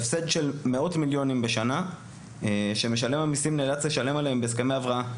הפסד של מאות מיליונים בשנה שמשלם המיסים נאלץ לשלם עליהם בהסכמי הבראה.